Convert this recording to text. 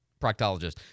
proctologist